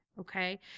Okay